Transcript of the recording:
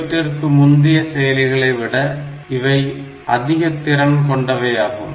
இவற்றிற்கு முந்தைய செயலிகளை விட இவை அதிக திறன் கொண்டவையாகும்